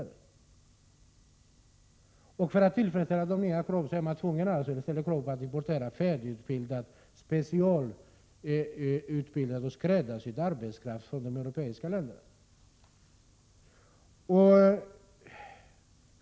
För att tillfredsställa dessa nya krav är man tvungen att importera färdigutbildad, specialutbildad och skräddarsydd arbetskraft från de europeiska länderna.